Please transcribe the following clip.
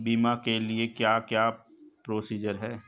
बीमा के लिए क्या क्या प्रोसीजर है?